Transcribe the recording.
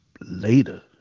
Later